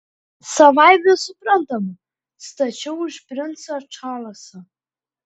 savaime suprantama stačiau už princą čarlzą